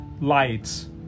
lights